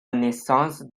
naissance